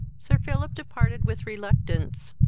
sir philip departed with reluctance,